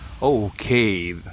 Okay